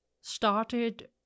started